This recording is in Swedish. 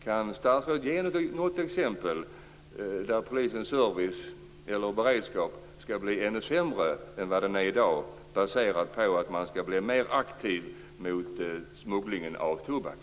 Kan statsrådet ge något exempel på områden där polisens service eller beredskap skall bli ännu sämre än i dag som en följd av att polisen skall bli mer aktiv när det gäller att bekämpa smugglingen av tobak?